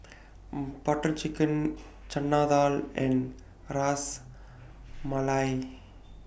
Butter Chicken Chana Dal and Ras Malai